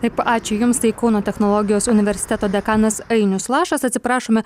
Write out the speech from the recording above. taip ačiū jums tai kauno technologijos universiteto dekanas ainius lašas atsiprašome